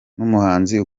n’umuhanzi